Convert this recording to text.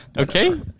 okay